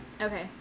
Okay